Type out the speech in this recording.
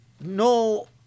no